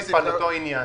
להוסיף באותו עניין.